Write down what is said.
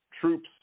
troops